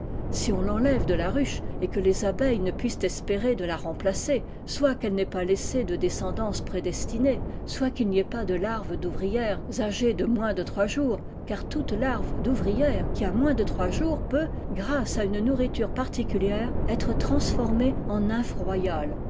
si on l'enlève h la ruche et que les abeilles ne puissent espérer de la remplacer soit qu'elle n'ait pas laissé de descendance prédestinée soit qu'il n'y ait pas de larves d'ouvrières âgées de moins de trois jours car toute larve d'ouvrière qui a moins de trois jours peut grâce à une nourriture particulière être transformée en